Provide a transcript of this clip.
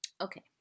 okay